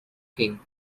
king